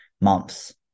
months